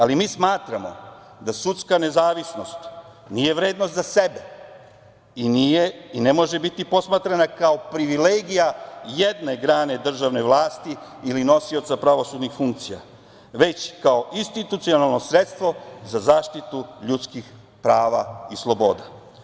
Ali, mi smatramo da sudska nezavisnost nije vredna za sebe i ne može biti posmatrana kao privilegija jedne grane državne vlasti ili nosioca pravosudnih funkcija, već kao institucionalno sredstvo za zaštitu ljudskih prava i sloboda.